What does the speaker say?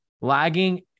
lagging